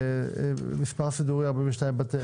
מספר סידורי 42 בטל.